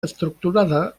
estructurada